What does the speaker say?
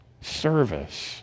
service